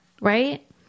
Right